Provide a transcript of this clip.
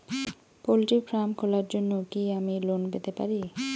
Poultry farm খোলার জন্য কি আমি লোন পেতে পারি?